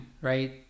right